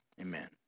Amen